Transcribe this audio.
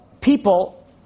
people